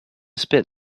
spit